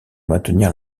maintenir